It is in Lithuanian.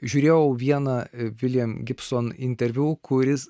žiūrėjau vieną william gibson interviu kuris